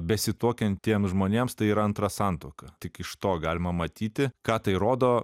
besituokiantiems žmonėms tai yra antra santuoka tik iš to galima matyti ką tai rodo